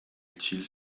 utile